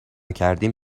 کردیم